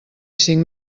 cinc